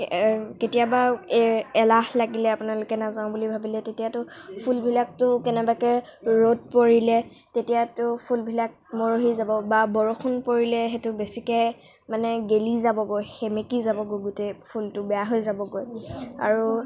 কেতিয়াবা এই এলাহ লাগিলে আপোনালোকে নাযাওঁ বুলি ভাবিলে তেতিয়াতো ফুলবিলাকতো কেনেবাকৈ ৰ'দ পৰিলে তেতিয়াতো ফুলবিলাক মৰহি যাব বা বৰষুণ পৰিলে সেইটো বেছিকৈ মানে গেলি যাবগৈ সেমেকি যাবগৈ গোটেই ফুলটো বেয়া হৈ যাবগৈ আৰু